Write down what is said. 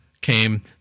came